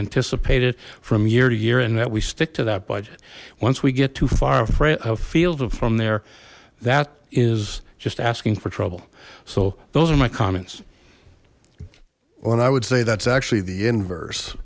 anticipate it from year to year and that we stick to that budget once we get too far afield from there that is just asking for trouble so those are my comments well i would say that's actually the inverse